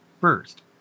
first